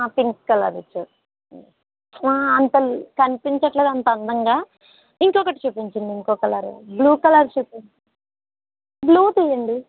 pink కలర్లో చూపించండి అంత కనిపించడం లేదు అంత అందంగా ఇంకొకటి చూపించండి ఇంకొక కలరు బ్లూ కలర్ చూపించండి బ్లూ తీయండి